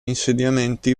insediamenti